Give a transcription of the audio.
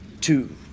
two